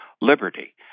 liberty